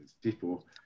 people